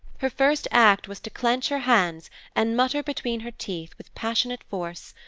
her first act was to clench her hands and mutter between her teeth, with passionate force,